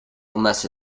unless